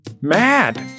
mad